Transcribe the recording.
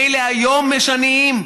מילא היום יש עניים,